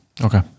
Okay